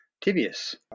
Tibius